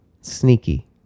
Sneaky